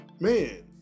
man